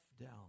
down